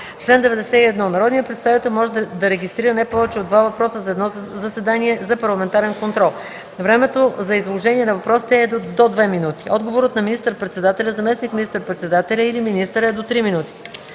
91. (1) Народният представител може да регистрира не повече от два въпроса за едно заседание за парламентарен контрол. (2) Времето за изложение на въпросите е до 2 минути. (3) Отговорът на министър-председателя, заместник министър-председателя или министъра е до 3 минути.